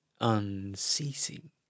unceasing